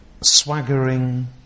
swaggering